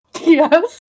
Yes